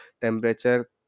temperature